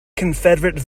confederate